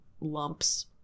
lumps